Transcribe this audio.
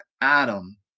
Adam